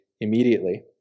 immediately